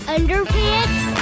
Underpants